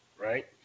right